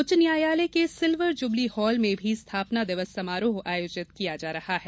उच्च न्यायालय के सिल्वर जुबली हाल में भी स्थापना दिवस समारोह आयोजित किया जा रहा है